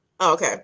okay